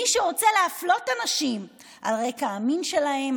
מי שרוצה להפלות אנשים על רקע המין שלהם,